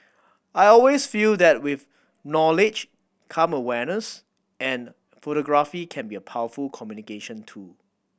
I always feel that with knowledge come awareness and photography can be a powerful communication tool